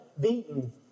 beaten